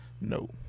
no